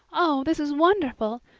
oh, this is wonderful!